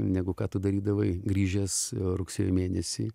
negu kad tu darydavai grįžęs rugsėjo mėnesį